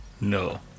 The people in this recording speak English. no